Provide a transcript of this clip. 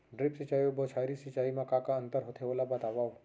Drip सिंचाई अऊ बौछारी सिंचाई मा का अंतर होथे, ओला बतावव?